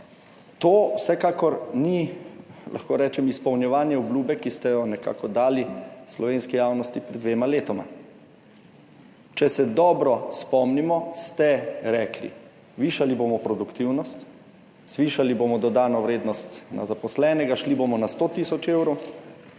To vsekakor ni, lahko rečem, izpolnjevanje obljube, ki ste jo nekako dali slovenski javnosti pred dvema letoma. Če se dobro spomnimo, ste rekli, zvišali bomo produktivnost, zvišali bomo dodano vrednost na zaposlenega, šli bomo na 100 tisoč evrov,